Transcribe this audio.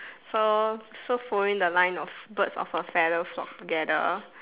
so so following the line of birds of a feather flock together